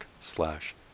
slash